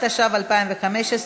התשע"ו 2015,